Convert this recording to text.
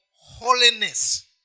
holiness